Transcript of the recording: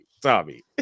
Tommy